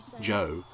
Joe